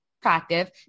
attractive